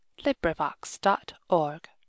LibriVox.org